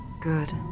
Good